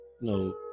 no